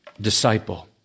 disciple